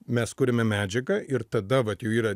mes kuriame medžiagą ir tada vat jau yra